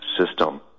system